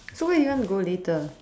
so where you want to go later